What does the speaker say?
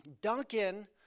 Duncan